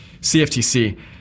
CFTC